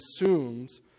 assumes